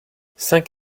cinq